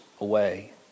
away